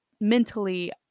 mentally